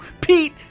Pete